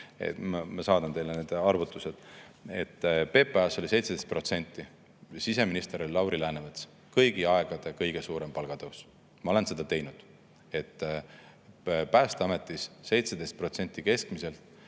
Ma saadan teile need arvutused. PPA‑s oli 17%, siseminister oli Lauri Läänemets. Kõigi aegade kõige suurem palgatõus. Ma olen seda teinud, et Päästeametis [tõusis